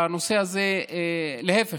הנושא הזה, להפך,